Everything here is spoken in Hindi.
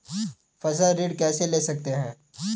फसल ऋण कैसे ले सकते हैं?